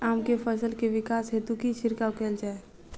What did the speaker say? आम केँ फल केँ विकास हेतु की छिड़काव कैल जाए?